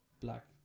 black